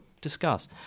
Discuss